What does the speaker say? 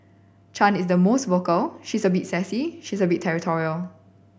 Chan is the most vocal she's a bit sassy she's a bit territorial